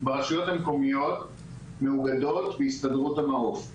ברשויות המקומיות מאוגדות בהסתדרות המעו"ף.